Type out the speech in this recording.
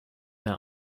mehr